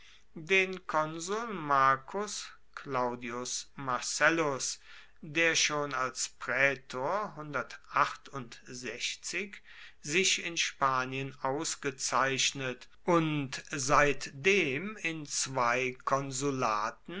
den konsul marcus claudius marcellus der schon als prätor sich in spanien ausgezeichnet und seitdem in zwei konsulaten